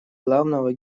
главного